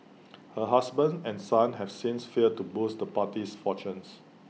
her husband and son have since failed to boost the party's fortunes